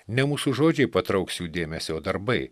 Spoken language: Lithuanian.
ne mūsų žodžiai patrauks jų dėmesį o darbai